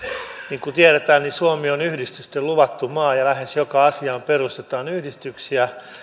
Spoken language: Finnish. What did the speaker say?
niin kuin tiedetään suomi on yhdistysten luvattu maa ja lähes joka asiaan perustetaan yhdistyksiä